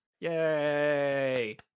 Yay